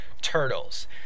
turtles